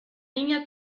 niña